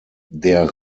der